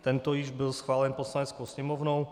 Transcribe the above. Tento již byl schválen Poslaneckou sněmovnou.